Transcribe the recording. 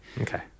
Okay